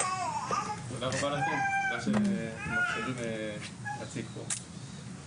תודה רבה לכם שאתם מאפשרים להציג פה.